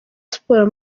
sports